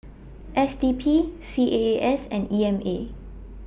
S D P C A A S and E M A